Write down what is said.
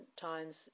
times